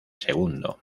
segundo